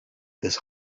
this